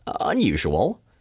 unusual